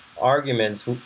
arguments